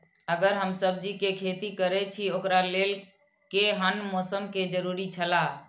अगर हम सब्जीके खेती करे छि ओकरा लेल के हन मौसम के जरुरी छला?